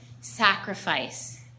sacrifice